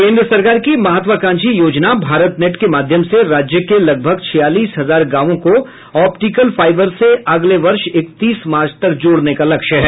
केन्द्र सरकार की महत्वाकांक्षी योजना भारत नेट के माध्यम से राज्य के लगभग छियालीस हजार गांवों को ऑप्टिकल फाईबर से अगले वर्ष इकतीस मार्च तक जोड़ने का लक्ष्य है